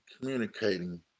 communicating